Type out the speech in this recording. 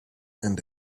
and